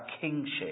kingship